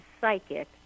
psychic